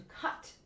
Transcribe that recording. cut